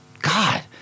God